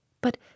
But